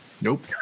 Nope